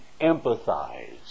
empathize